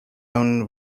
own